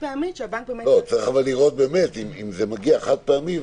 חד-פעמי שהבנק --- צריך לראות אם זה מגיע חד-פעמי,